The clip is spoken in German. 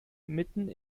mitten